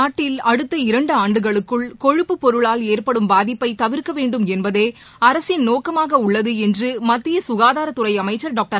நாட்டில் அடுத்த இரண்டுஆண்டுகளுக்குள் கொழுப்புப்பொருளால் ஏற்படும் பாதிப்பைதவிர்க்கவேண்டும் என்பதேஅரசின் நோக்கமாகஉள்ளதுஎன்று மத்தியசுகாதாரத்துறைஅமைச்சா் டாக்டர்